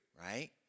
right